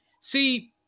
see